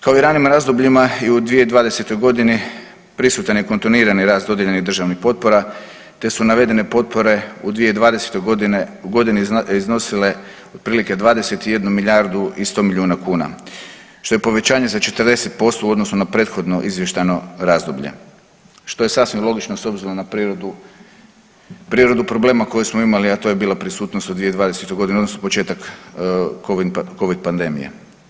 Kao i u ranim razdobljima i u 2020.g. prisutan je kontinuirani rast dodijeljenih državnih potpora, te su navedene potpore u 2020.g. iznosile otprilike 21 milijardu i 100 milijuna kuna, što je povećanje za 40% u odnosu na prethodno izvještajno razdoblje, što je sasvim logično s obzirom na prirodu, prirodu problema koju smo imali, a to je bila prisutnost u 2020.g. odnosno početak covid pandemije.